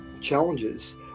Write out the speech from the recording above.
challenges